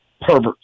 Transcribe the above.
perverts